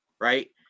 Right